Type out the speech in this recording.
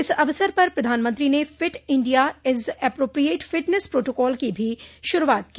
इस अवसर पर प्रधानमंत्री ने fit India age appropriate fitness protocol की भी शुरूआत की